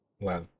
Wow